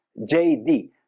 JD